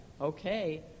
okay